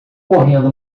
correndo